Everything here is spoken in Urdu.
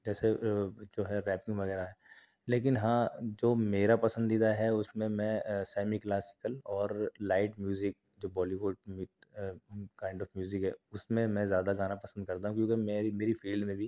جیسے جو ہے ریپنگ وغیرہ ہے لیکن ہاں جو میرا پسندیدہ ہے اس میں میں سیمی کلاسیکل اور لائٹ میوزک جو بالی ووڈ میٹ کائنڈ آف میوزک ہے اس میں میں زیادہ گانا پسند کرتا ہوں کیونکہ میری میری فیلڈ میں بھی